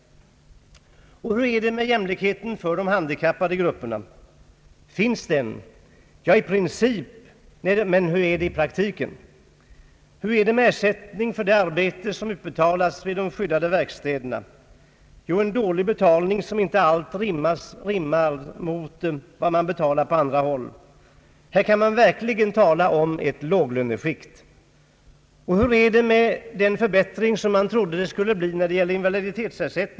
Hur är det med jämlikheten för de handikappade grupperna? Finns den? Ja, i princip, men hur är det i praktiken? Hur är det med ersättningen för uet arbete som utförs vid de s.k. skyddade verkstäderna? Jo, det är en dålig betalning, som inte alls rimmar med vad man betalar på andra håll. Här kan man verkligen tala om ett låglöneskikt. Hur är det med den förbättring av invaliditetsersättningen som man trodde skulle komma?